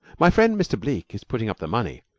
my friend, mr. bleke, is putting up the money,